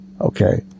Okay